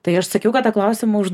tai aš sakiau kad tą klausimą už